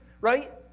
right